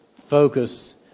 Focus